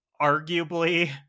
arguably